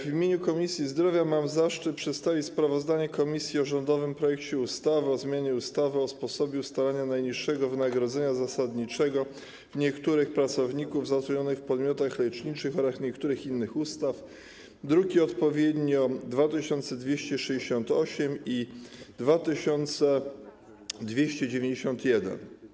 W imieniu Komisji Zdrowia mam zaszczyt przedstawić sprawozdanie komisji o rządowym projekcie ustawy o zmianie ustawy o sposobie ustalania najniższego wynagrodzenia zasadniczego niektórych pracowników zatrudnionych w podmiotach leczniczych oraz niektórych innych ustaw, druki odpowiednio 2268 i 2291.